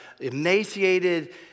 emaciated